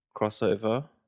crossover